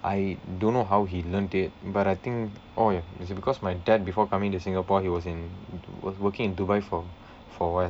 I don't know how he learned it but I think oh it's because my dad before coming to Singapore he was in was working in Dubai for for a while